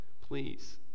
please